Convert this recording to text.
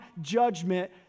judgment